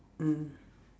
mm